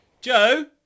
Joe